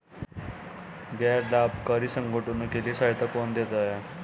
गैर लाभकारी संगठनों के लिए सहायता कौन देता है?